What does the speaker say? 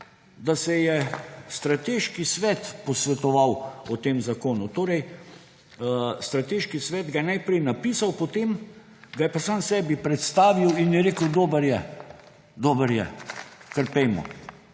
da se je Strateški svet posvetoval o tem zakonu. Torej, strateški svet ga je najprej napisal, potem ga je pa sam sebi predstavil in je rekel, dober je, dober